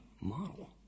model